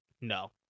no